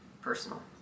personal